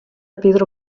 pedro